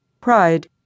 pride